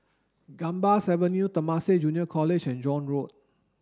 Gambas Avenue Temasek Junior College and John Road